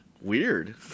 Weird